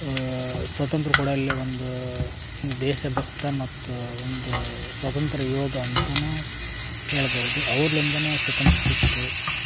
ಸ್ವಾತಂತ್ರ್ಯ ಕೊಡೋಲ್ಲಿ ಒಂದು ದೇಶಭಕ್ತ ಮತ್ತು ಒಂದು ಸ್ವಾತಂತ್ರ್ಯ ಯೋಧ ಅಂತಲೂ ಹೇಳ್ಬೌದು ಅವ್ರಿಂದನ ಸ್ವಾತಂತ್ರ್ಯ ಸಿಕ್ತು